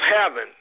heaven